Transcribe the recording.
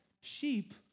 sheep